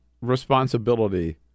responsibility